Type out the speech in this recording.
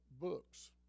books